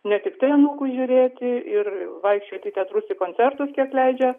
ne tiktai anūkus žiūrėti ir vaikščioti į teatrus į koncertus kiek leidžia